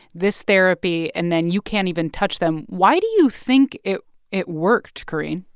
this therapy and then you can't even touch them. why do you think it it worked, carine?